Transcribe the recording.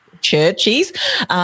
Churches